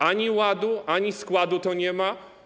Ani ładu, ani składu to nie ma.